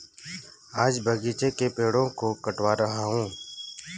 आज बगीचे के पेड़ों को कटवा रहा हूं